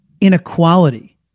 inequality